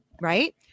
right